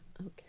Okay